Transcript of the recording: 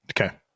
Okay